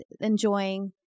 enjoying